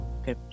okay